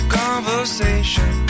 conversation